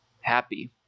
happy